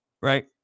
right